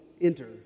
enter